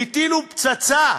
הטילו פצצה,